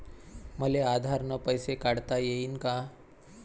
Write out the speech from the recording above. मले आधार न पैसे काढता येईन का?